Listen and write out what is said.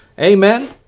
Amen